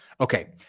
Okay